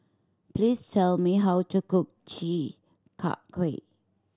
please tell me how to cook Chi Kak Kuih